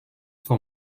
for